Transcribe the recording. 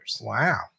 Wow